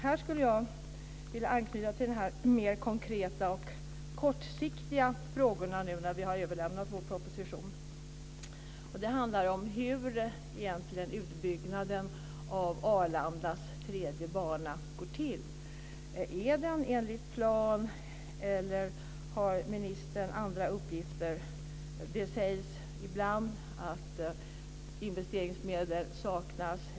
Jag skulle vilja anknyta till de mer konkreta och kortsiktiga frågorna nu när vi har överlämnat vår proposition. Det handlar om hur utbyggnaden av Arlandas tredje bana går till. Är den enligt plan, eller har ministern andra uppgifter? Det sägs ibland att investeringsmedel saknas.